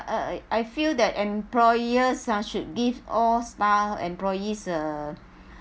I I I feel that employers ah should give all style employees uh